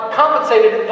compensated